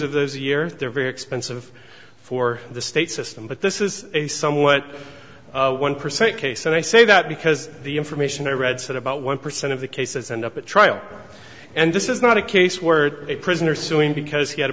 of those years they're very expensive for the state system but this is a somewhat one percent case and i say that because the information i read said about one percent of the cases end up at trial and this is not a case were a prisoner suing because he had a